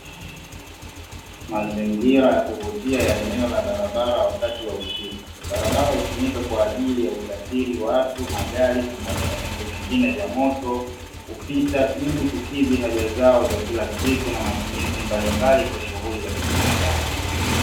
Mazingira ya kuvutia ya eneo la barabara wakati wa usiku. Barabara hutumika kwa ajili ya usafiri wa watu, magari pamoja na vyombo vingine vya moto. Upita ili, kukidhi haja zao za kila siku na matumizi mbalimbali, kwa shughuli za kibinadamu.